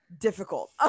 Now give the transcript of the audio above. difficult